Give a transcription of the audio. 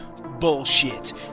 bullshit